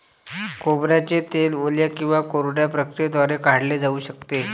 खोबऱ्याचे तेल ओल्या किंवा कोरड्या प्रक्रियेद्वारे काढले जाऊ शकते